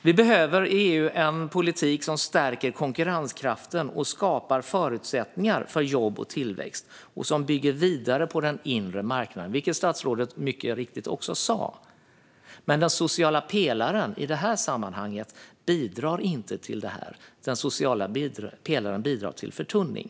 Vi behöver i EU en politik som stärker konkurrenskraften och skapar förutsättningar för jobb och tillväxt och som bygger vidare på den inre marknaden, vilket statsrådet mycket riktigt sa. Men den sociala pelaren bidrar i det här sammanhanget inte till det. Den sociala pelaren bidrar till förtunning.